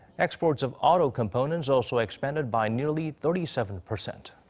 exports of auto components also expanded by nearly thirty seven percent.